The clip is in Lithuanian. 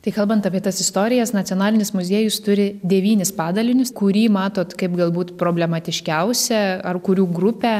tai kalbant apie tas istorijas nacionalinis muziejus turi devynis padalinius kurį matot kaip galbūt problematiškiausią ar kurių grupę